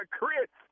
Chris